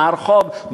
מה הרחוב,